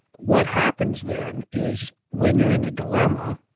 what happens then is when you're in a dilemma,